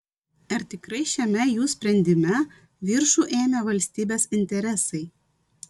ar tikrai šiame jų sprendime viršų ėmė valstybės interesai